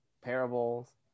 parables